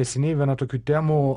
neseniai viena tokių temų